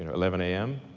eleven a m,